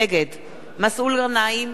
נגד מסעוד גנאים,